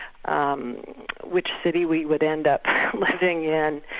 um which city we would end up living in.